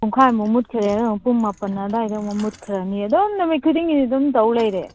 ꯄꯨꯡ ꯈꯥꯏ ꯃꯨꯛ ꯃꯨꯠꯈꯔꯦ ꯑꯗꯨꯒ ꯄꯨꯡ ꯃꯥꯄꯜ ꯑꯗꯥꯏꯗ ꯑꯃꯨꯛ ꯃꯨꯠꯈ꯭ꯔꯅꯤ ꯑꯗꯨꯝ ꯅꯨꯃꯤꯠ ꯈꯨꯗꯤꯡꯒꯤꯅꯤ ꯑꯗꯨꯝ ꯇꯧ ꯂꯩꯔꯦ